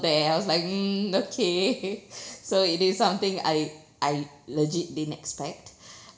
there I was like mm okay so it is something I I legit didn't expect